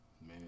Man